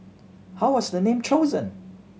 how was the name chosen